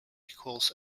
equals